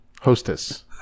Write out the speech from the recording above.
Hostess